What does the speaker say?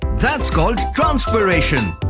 that's called transpiration.